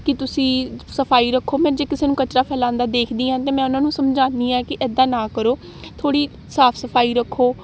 ਕਿ ਤੁਸੀਂ ਸਫਾਈ ਰੱਖੋ ਮੈਂ ਜੇ ਕਿਸੇ ਨੂੰ ਕਚਰਾ ਫੈਲਾਉਂਦਾ ਦੇਖਦੀ ਹਾਂ ਤਾਂ ਮੈਂ ਉਹਨਾਂ ਨੂੰ ਸਮਝਾਉਂਦੀ ਹਾਂ ਕਿ ਇੱਦਾਂ ਨਾ ਕਰੋ ਥੋੜ੍ਹੀ ਸਾਫ ਸਫਾਈ ਰੱਖੋ